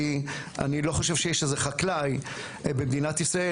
כי אני לא חושב שיש איזה חקלאי במדינת ישראל,